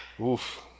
Oof